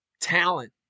talent